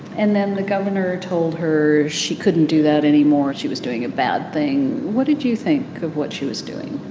and then the governor told her she couldn't do that anymore. she was doing a bad thing. what did you think of what she was doing?